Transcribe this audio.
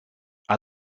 are